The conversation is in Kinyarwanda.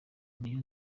niyo